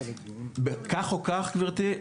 כך או כך גברתי,